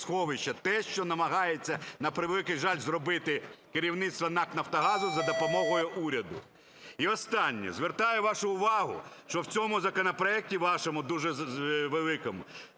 Те, що намагається, на превеликий жаль, зробити керівництво НАК "Нафтогазу", за допомогою уряду. І останнє. Звертаю вашу увагу, що в цьому законопроекті вашому дуже великому